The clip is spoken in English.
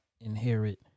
inherit